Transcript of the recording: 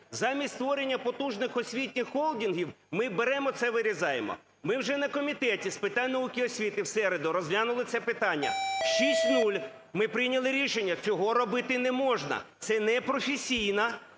Замість створення потужних освітніх холдингів, ми беремо це вирізаємо. Ми вже на Комітеті з питань науки і освіти в середу розглянули це питання, шість – нуль. Ми прийняли рішення: цього робити не можна. Це непрофесійно,